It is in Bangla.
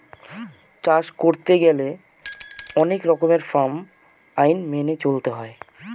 চাষ করতে গেলে অনেক রকমের ফার্ম আইন মেনে চলতে হয়